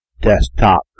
desktop